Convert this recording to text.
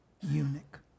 eunuch